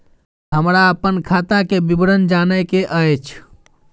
हमरा अपन खाता के विवरण जानय के अएछ?